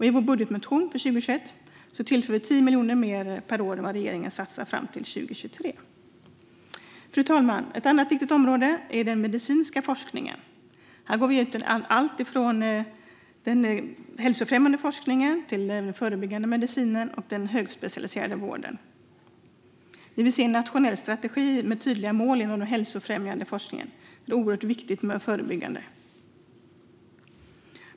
I vår budgetmotion för 2021 tillför vi 10 miljoner mer per år än vad regeringen satsar fram till 2023. Fru talman! Ett annat viktigt område är den medicinska forskningen. Här ingår allt ifrån den viktiga hälsofrämjande forskningen och den förebyggande medicinen till den högspecialiserade vården. Vi vill se en nationell strategi med tydliga mål inom den hälsofrämjande forskningen. Det är oerhört viktigt med det förebyggande.